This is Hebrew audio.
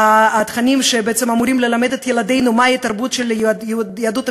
התכנים שבעצם אמורים ללמד את ילדינו מהי התרבות של יהדות המזרח.